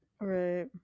Right